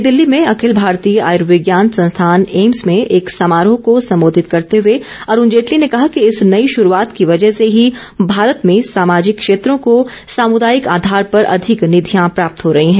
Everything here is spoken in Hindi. नई दिल्ली में अखिल भारतीय आयुर्विज्ञान संस्थान एम्स में एक समारोह को संबोधित करते हुए अरूण जेटली ने कहा कि इस नई शुरुआत की वजह से ही भारत में सामजिक क्षेत्रों को सामुदायिक आधार पर अधिक निधियां प्राप्त हो रही हैं